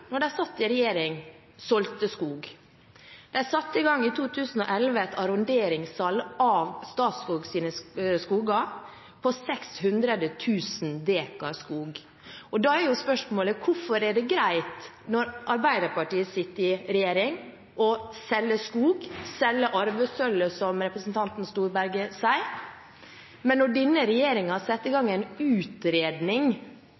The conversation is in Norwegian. de satt i regjering, solgte skog. De satte i 2011 i gang et arronderingssalg av Statskogs skoger av 600 000 dekar skog. Da er spørsmålet: Hvorfor er det greit når Arbeiderpartiet sitter i regjering, å selge skog, selge arvesølvet, som representanten Storberget sier, mens når denne regjeringen setter i gang en utredning